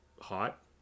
hot